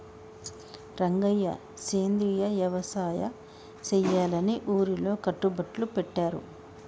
రంగయ్య సెంద్రియ యవసాయ సెయ్యాలని ఊరిలో కట్టుబట్లు పెట్టారు